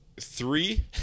three